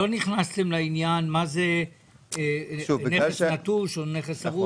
לא נכנסתם להגדרה של מהו נכס נטוש או נכס הרוס?